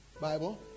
bible